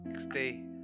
stay